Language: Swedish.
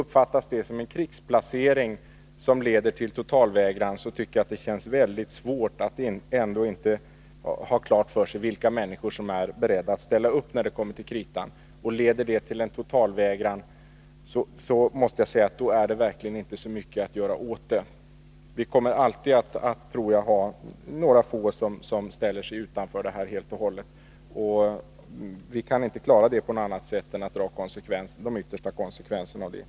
Uppfattas detta såsom en krigsplacering, som leder till totalvägran, känns det väldigt svårt att inte ha klart för sig vilka människor som är beredda att ställa upp när det kommer till kritan. Leder detta till en totalvägran, är det verkligen inte så mycket att göra åt det. Det kommer alltid att finnas några få människor, som helt och hållet ställer sig utanför totalförsvaret. Vi kan inte göra annat än dra de yttersta konsekvenserna av detta.